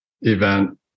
event